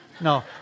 No